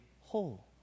whole